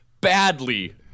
badly